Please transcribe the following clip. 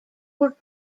were